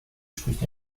spricht